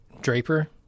Draper